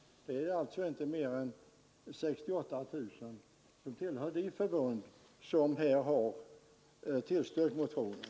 De förbund som har tillstyrkt motionen har alltså inte mer än 68 000 medlemmar.